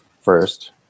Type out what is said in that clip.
first